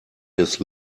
his